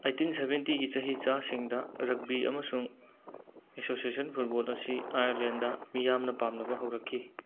eighteen ꯁꯕꯦꯟꯇꯤꯒꯤ ꯆꯍꯤ ꯆꯥꯁꯤꯡꯗ ꯔꯒꯕꯤ ꯑꯃꯁꯨꯡ ꯑꯦꯁꯣꯁꯦꯁꯟ ꯐꯨꯠꯕꯣꯜ ꯑꯁꯤ ꯑꯥꯏꯔꯂꯦꯟꯗ ꯃꯤꯌꯥꯝꯅ ꯄꯥꯝꯅꯕ ꯍꯧꯔꯛꯈꯤ